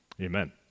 Amen